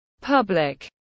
public